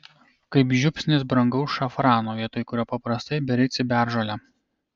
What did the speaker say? kaip žiupsnis brangaus šafrano vietoj kurio paprastai beri ciberžolę